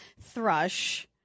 thrush